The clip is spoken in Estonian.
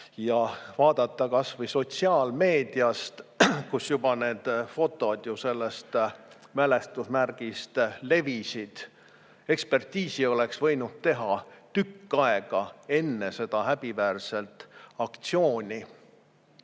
või vaadata kas või sotsiaalmeediast, kus need fotod mälestusmärgist juba levisid. Ekspertiisi oleks võinud teha tükk aega enne seda häbiväärset aktsiooni.